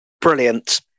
Brilliant